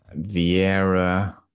Vieira